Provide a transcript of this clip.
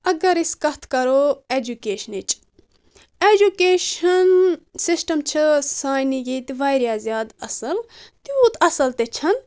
اگر اسۍ کتھ کرو ایجوکشنچ ایجوکشن سشٹم چھ سانہِ ییٚتہِ واریاہ زیادٕ اصل تیوٗت اصل تہِ چھنہ